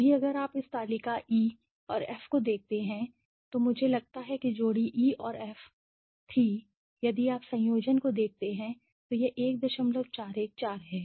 अभी अगर आप इस तालिका ई और एफ को देखते हैं तो मुझे लगता है कि जोड़ी ई और एफ थी यदि आप संयोजन को देखते हैं तो यह 1414 है